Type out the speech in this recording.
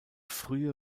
frühe